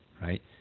right